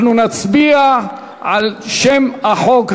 אנחנו נצביע על שם החוק.